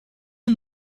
and